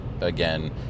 again